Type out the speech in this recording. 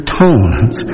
tones